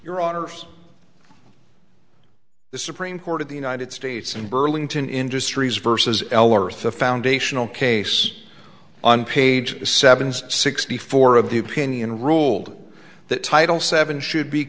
your honor the supreme court of the united states in burlington industries versus the foundational case on page seven sixty four of the opinion ruled that title seven should be